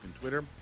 twitter